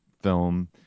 film